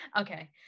Okay